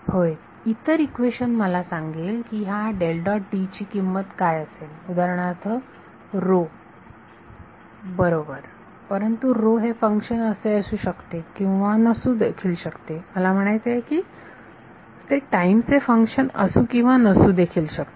होय इतर इक्वेशन मला सांगेल की ह्या ची किंमत काय असेल उदाहरणार्थ ⍴ बरोबर परंतु ⍴ हे फंक्शन असू शकते किंवा नसू देखील शकते मला असे म्हणायचे आहे की ते टाईम चे फंक्शन असू किंवा नसू देखील शकते